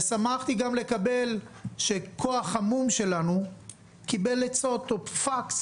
שמחתי גם לקבל שכוח המו"מ שלנו קיבל עצות או פקס